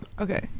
Okay